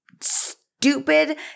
stupid